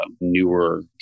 newer